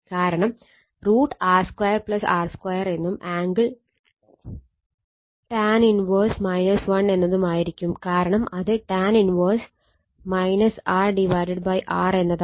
കാരണം √ R 2 R 2 എന്നും angle tan 1 എന്നതും ആയിരിക്കും കാരണം അത് tan 1 R R എന്നതാവും